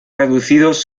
reducidos